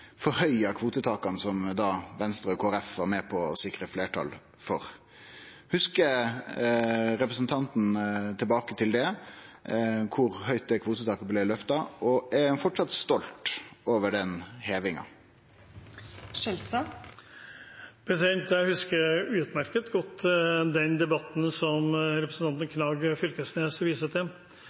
forhøgde kvotetaka som Venstre og Kristeleg Folkeparti var med på å sikre fleirtal for. Hugsar representanten tilbake til kor høgt det kvotetaket blei løfta, og er han framleis stolt over den hevinga? Jeg husker utmerket godt den debatten som representanten Knag Fylkesnes viser til,